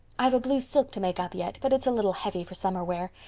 i've a blue silk to make up yet, but it's a little heavy for summer wear.